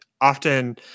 often